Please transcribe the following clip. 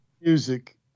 music